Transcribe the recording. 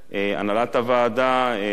הנהלת הוועדה,